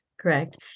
correct